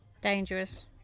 Dangerous